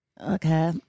Okay